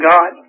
God